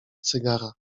cygara